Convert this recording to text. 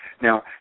Now